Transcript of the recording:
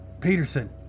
Peterson